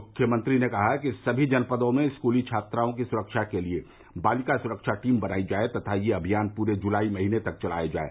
मुख्यमंत्री ने कहा सभी जनपदों में स्कूली छात्राओं की सुरक्षा के लिए बालिका सुरक्षा टीम बनायी जाये तथा यह अभियान पूरे जुलाई महीने चलाया जाये